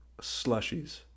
slushies